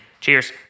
Cheers